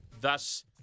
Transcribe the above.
thus